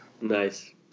Nice